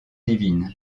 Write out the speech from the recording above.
divine